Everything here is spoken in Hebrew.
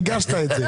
הרגשת את זה.